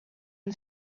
and